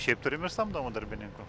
šiaip turim ir samdomų darbininkų